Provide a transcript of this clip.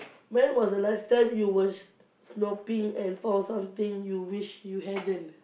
when was the last time you were snooping and found something you wish you hadn't